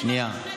שנייה.